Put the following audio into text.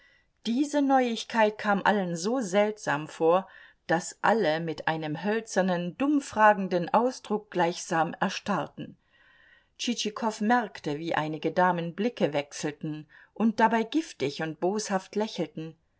diese neuigkeit kam allen so seltsam vor daß alle mit einem hölzernen dummfragenden ausdruck gleichsam erstarrten tschitschikow merkte wie einige damen blicke wechselten und dabei giftig und boshaft lächelten